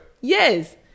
Yes